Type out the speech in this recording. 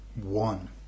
one